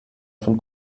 von